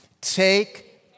Take